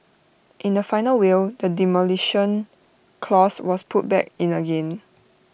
in the final will the Demolition Clause was put back in again